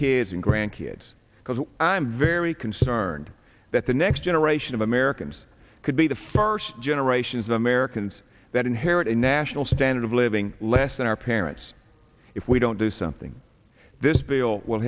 kids and grandkids because i'm very concerned that the next generation of americans could be the first generations of americans that in her a national standard of living less than our parents if we don't do something this bill will